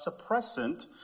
suppressant